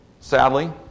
sadly